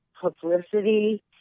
publicity